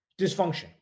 Dysfunction